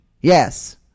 Yes